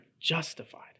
justified